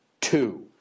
Two